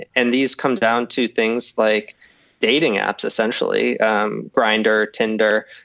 and these come down to things like dating apps, essentially grinder, tinder.